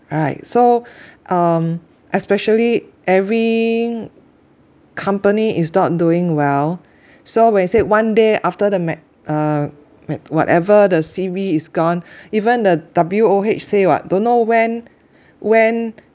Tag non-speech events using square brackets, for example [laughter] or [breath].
right so [breath] um especially every company is not doing well so when you said one day after the mat~ uh mat~ whatever the C_B is gone even the W_O_H say [what] don't know when when